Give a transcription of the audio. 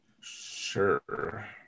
sure